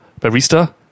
barista